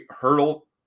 Hurdle